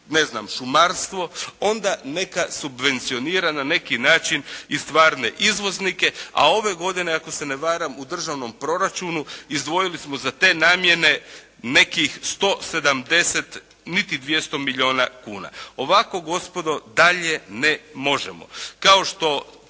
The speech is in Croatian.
industriju, šumarstvo onda neka subvencionira na neki način i stvarne izvoznike a ove godine ako se ne varam u državnom proračunu izdvojili smo za te namjene nekih 170 niti 200 milijuna kuna. Ovako gospodo dalje ne možemo.